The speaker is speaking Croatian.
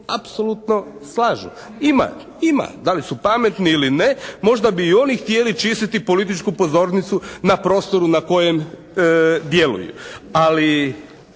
apsolutno slažu. Ima, ima. Da li su pametni ili ne? Možda bi i oni htjeli čistiti političku pozornicu na prostoru na kojem djeluju. Ali